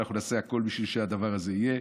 ואנחנו נעשה הכול בשביל שהדבר הזה יהיה.